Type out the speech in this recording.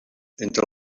entre